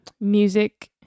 music